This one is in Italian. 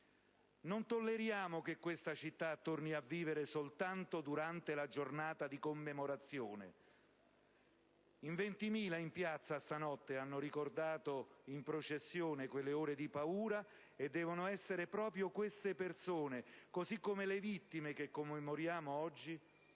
Non tolleriamo che questa città torni a vivere soltanto durante la giornata di commemorazione: in 20.000 in piazza questa notte hanno ricordato in una fiaccolata quelle ore di paura. E devono essere proprio queste persone, così come le vittime che commemoriamo oggi,